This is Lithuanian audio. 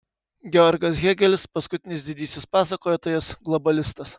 georgas hėgelis paskutinis didysis pasakotojas globalistas